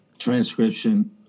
transcription